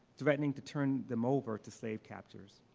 threatening to turn them over to save captors.